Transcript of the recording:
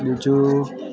બીજું